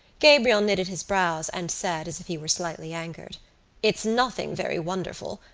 gabriel knitted his brows and said, as if he were slightly angered it's nothing very wonderful,